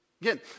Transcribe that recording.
Again